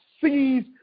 seize